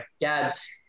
Gabs